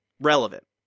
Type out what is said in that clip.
relevant